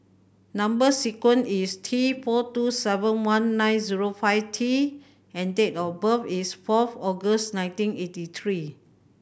number sequence is T four two seven one nine zero five T and date of birth is fourth August nineteen eighty three